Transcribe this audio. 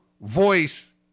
voice